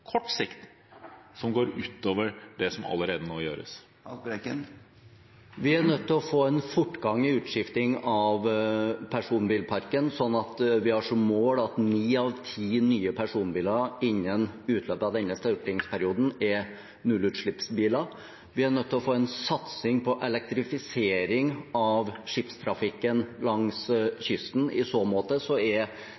kort sikt som går ut over det som allerede nå gjøres? Vi er nødt til å få en fortgang i utskifting av personbilparken sånn at vi har som mål at ni av ti nye personbiler innen utløpet av denne stortingsperioden er nullutslippsbiler. Vi er nødt til å få en satsing på elektrifisering av skipstrafikken langs